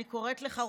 אני קוראת לך,